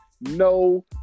No